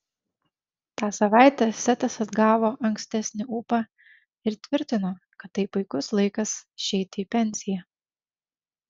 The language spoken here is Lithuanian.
tą savaitę setas atgavo ankstesnį ūpą ir tvirtino kad tai puikus laikas išeiti į pensiją